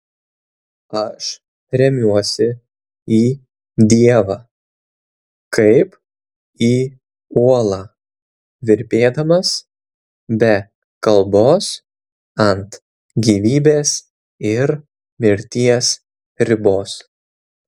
aš remiuosi į dievą kaip į uolą virpėdamas be kalbos ant gyvybės ir mirties ribos